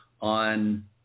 on